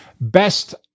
Best